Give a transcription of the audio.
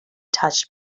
touched